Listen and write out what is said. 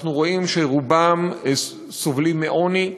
אנחנו רואים שרובם סובלים מעוני.